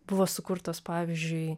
buvo sukurtos pavyzdžiui